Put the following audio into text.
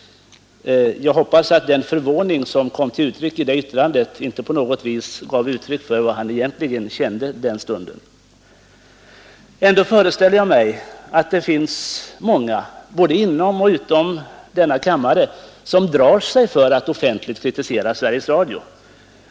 Jag hoppas att den förvåning som kom till uttryck i detta yttrandet inte var en exakt beskrivning av vad han kände. Ändå föreställer jag mig att det finns många, både inom och utom riksdagen, som drar sig för att offentligt kritisera Sveriges Radio.